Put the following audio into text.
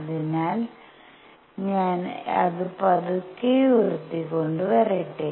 അതിനാൽ ഞാൻ അത് പതുക്കെ ഉയർത്തിക്കൊണ്ടു വരട്ടെ